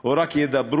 או רק ידברו,